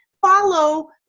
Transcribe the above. follow